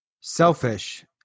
selfish